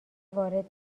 وارد